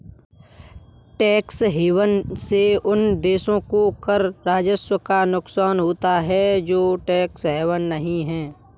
tax haven से उन देशों को कर राजस्व का नुकसान होता है जो टैक्स हेवन नहीं हैं